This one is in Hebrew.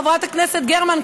חברת הכנסת גרמן,